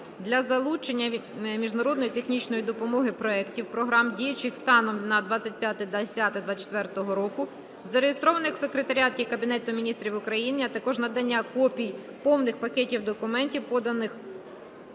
для залучення міжнародної технічної допомоги проектів (програм), діючих станом на 25.10.2024 року, зареєстрованих в Секретаріаті Кабінету Міністрів України, а також надання копій повних пакетів документів, поданих